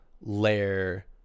layer